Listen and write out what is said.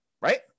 right